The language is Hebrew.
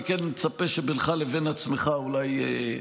אני כן מצפה שבינך לבין עצמך, אולי,